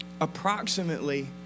approximately